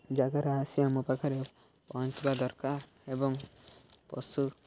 ଜାଗାରେ ଆସି ଆମ ପାଖରେ ପହଞ୍ଚିବା ଦରକାର ଏବଂ ପଶୁ